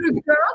girl